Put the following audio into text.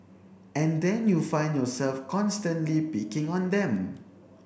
and then you find yourself constantly picking on them